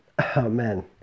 Amen